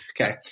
Okay